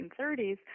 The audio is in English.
1930s